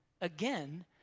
again